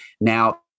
Now